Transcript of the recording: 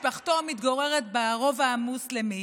משפחתו מתגוררת ברובע המוסלמי.